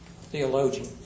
theologian